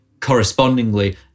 correspondingly